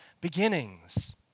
beginnings